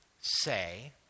say